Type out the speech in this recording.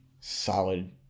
solid